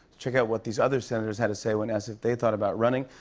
check out what these other senators had to say when asked if they thought about running.